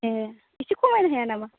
ए एसे खमायनो हाया नामा